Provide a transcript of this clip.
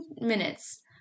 minutes